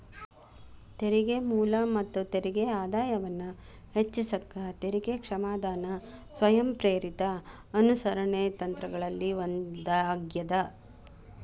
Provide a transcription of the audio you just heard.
ತೆರಿಗೆ ಮೂಲ ಮತ್ತ ತೆರಿಗೆ ಆದಾಯವನ್ನ ಹೆಚ್ಚಿಸಕ ತೆರಿಗೆ ಕ್ಷಮಾದಾನ ಸ್ವಯಂಪ್ರೇರಿತ ಅನುಸರಣೆ ತಂತ್ರಗಳಲ್ಲಿ ಒಂದಾಗ್ಯದ